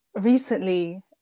recently